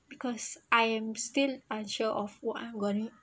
because I'm still unsure of what I'm going